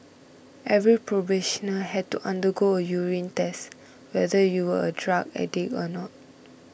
every probationer had to undergo a urine test whether you were a drug addict or not